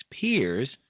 peers –